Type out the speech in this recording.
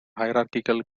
hierarchical